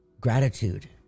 gratitude